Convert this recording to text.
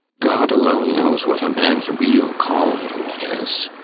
god alone knows what a man's real calling is.